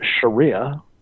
Sharia